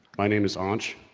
my name is ah anch,